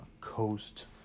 coast